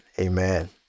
amen